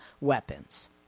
weapons